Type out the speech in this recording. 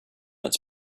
its